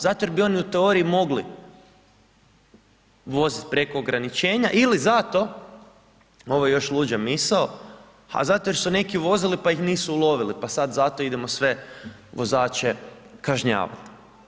Zato jer bi oni u teoriji mogli voziti preko ograničenja ili zato ovo je još luđa misao, a zato jer su neki vozili pa ih nisu ulovili pa sad zato idemo sve vozače kažnjavati.